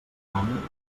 tant